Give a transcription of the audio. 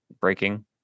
breaking